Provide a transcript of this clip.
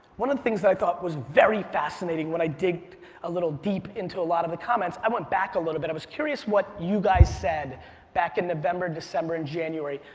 one of the things that i thought was very fascinating when i digged a little deep into a lot of the comments, i went back a little bit, i was curious what you guys said back in november, december, and january,